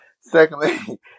secondly